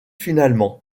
finalement